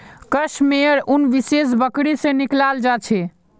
कश मेयर उन विशेष बकरी से निकलाल जा छे